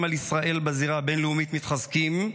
על ישראל בזירה הבין-לאומית מתחזקים,